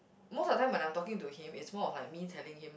most of the time when I'm talking to him it's more of like me telling him